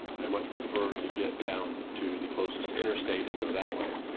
i much prefer to get down to the closest interstate and go that way.